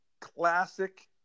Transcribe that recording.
classic